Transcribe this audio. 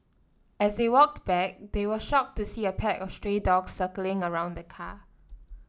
as they walked back they were shocked to see a pack of stray dogs circling around the car